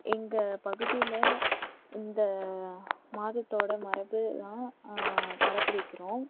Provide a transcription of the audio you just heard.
எங்கள் பகுதியில் இந்து மதத்தோட மரபெல்லாம் கடைப்பிடிக்குறோம்